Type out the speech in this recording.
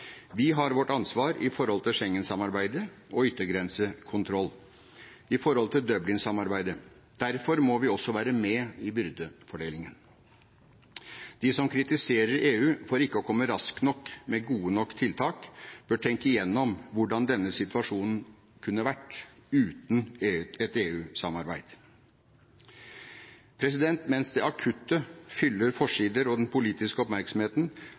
Vi har vårt ansvar når det gjelder Schengen-samarbeidet og yttergrensekontroll, og når det gjelder Dublin-samarbeidet. Derfor må vi også være med i byrdefordelingen. De som kritiserer EU for ikke å komme raskt nok med gode nok tiltak, bør tenke igjennom hvordan denne situasjonen kunne vært uten et EU-samarbeid. Mens det akutte fyller forsider og den politiske oppmerksomheten,